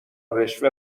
رشوه